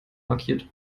markiert